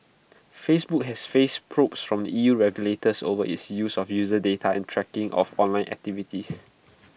Facebook has faced probes from the E U regulators over its use of user data and tracking of online activities